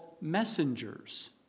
messengers